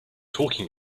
talking